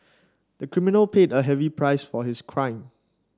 the criminal paid a heavy price for his crime